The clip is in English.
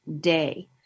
day